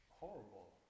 horrible